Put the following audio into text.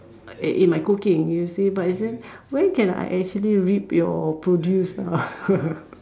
in in my cooking you see but isn't when can I actually rip your produce ah